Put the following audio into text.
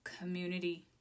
community